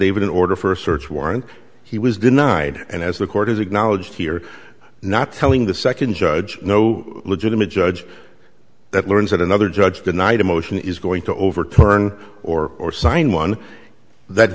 t in order for a search warrant he was denied and as the court has acknowledged here not telling the second judge no legitimate judge that learns that another judge denied a motion is going to overturn or or sign one that